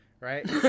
Right